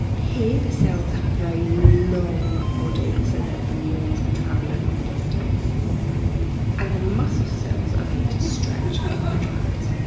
here, the cells have a very long body so that the neurons can travel a long distance and the muscle cells are going to stretch and contract.